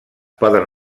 poden